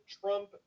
Trump